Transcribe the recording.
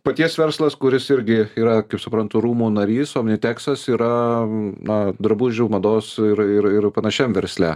paties verslas kuris irgi yra kaip suprantu rūmų narys omniteksas yra na drabužių mados ir ir panašiam versle